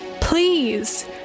Please